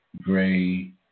Gray